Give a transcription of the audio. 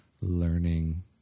learning